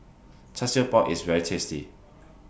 Char Siew Bao IS very tasty